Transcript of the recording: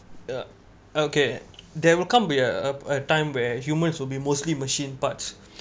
uh okay there will come be a a time where humans will be mostly machine parts